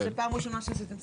זו פעם ראשונה שעשיתם את הסקר.